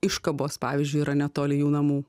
iškabos pavyzdžiui yra netoli jų namų